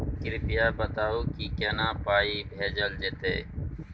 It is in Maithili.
कृपया बताऊ की केना पाई भेजल जेतै?